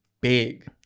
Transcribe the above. big